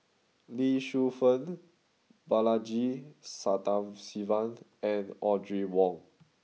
Lee Shu Fen Balaji Sadasivan and Audrey Wong